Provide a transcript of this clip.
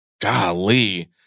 golly